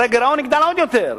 הרי הגירעון יגדל עוד יותר,